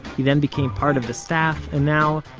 he then became part of the staff, and now,